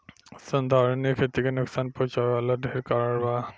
संधारनीय खेती के नुकसान पहुँचावे वाला ढेरे कारण बा